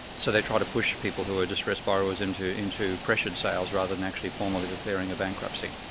so they try to push people who are distressed borrowers into into pressured sales, rather than actually formally declaring a bankruptcy,